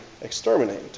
exterminate